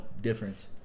difference